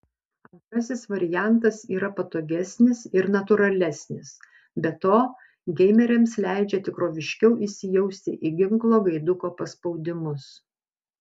antrasis variantas yra patogesnis ir natūralesnis be to geimeriams leidžia tikroviškiau įsijausti į ginklo gaiduko paspaudimus